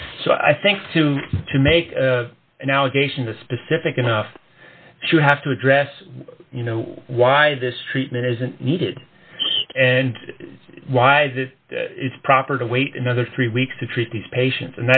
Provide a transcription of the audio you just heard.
so i think to to make an allegation the specific enough to have to address you know why this treatment isn't needed and why this is proper to wait another three weeks to treat these patient